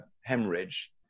hemorrhage